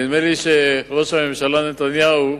ונדמה לי שראש הממשלה נתניהו